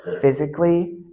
physically